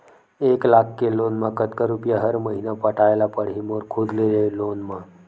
एक लाख के लोन मा कतका रुपिया हर महीना पटाय ला पढ़ही मोर खुद ले लोन मा?